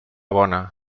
bona